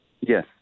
Yes